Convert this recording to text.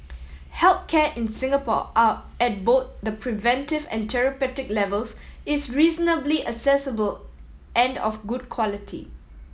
health care in Singapore are at both the preventive and therapeutic levels is reasonably accessible and of good quality